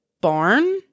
barn